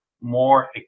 more